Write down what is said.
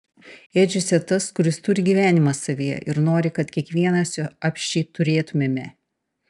ėdžiose tas kuris turi gyvenimą savyje ir nori kad kiekvienas jo apsčiai turėtumėme